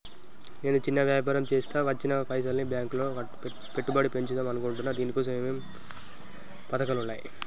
నేను చిన్న వ్యాపారం చేస్తా వచ్చిన పైసల్ని బ్యాంకులో పెట్టుబడి పెడదాం అనుకుంటున్నా దీనికోసం ఏమేం పథకాలు ఉన్నాయ్?